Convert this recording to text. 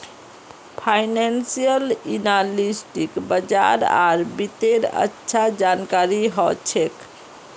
financial एनालिस्टक बाजार आर वित्तेर अच्छा जानकारी ह छेक